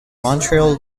montreal